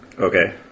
Okay